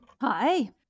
Hi